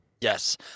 Yes